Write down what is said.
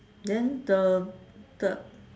then the the